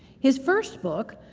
his first book,